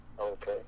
Okay